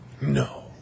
No